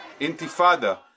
Intifada